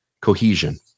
cohesion